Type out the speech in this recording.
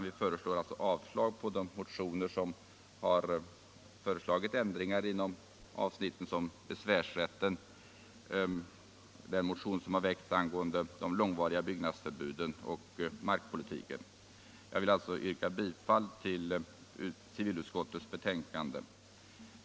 Vi föreslår alltså avslag på de motioner där det yrkats ändringar inom avsnitten besvärsrätten, de långvariga byggnadsförbuden och markpolitiken. Jag yrkar, herr talman, bifall till civilutskottets hemställan.